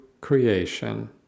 creation